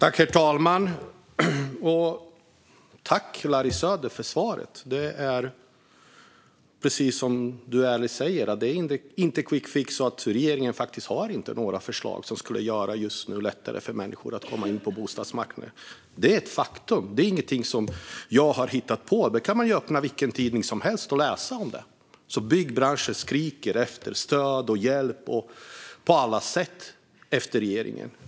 Herr talman! Jag tackar Larry Söder för svaret. Precis som han ärligt säger finns det ingen quickfix. Regeringen har faktiskt inte några förslag som skulle göra det lättare för människor att komma in på bostadsmarknaden. Detta är ett faktum - det är ingenting som jag har hittat på, utan man kan öppna vilken tidning som helst och läsa om det. Byggbranschen skriker efter stöd och hjälp från regeringen.